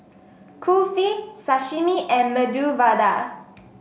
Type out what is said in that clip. Kulfi Sashimi and Medu Vada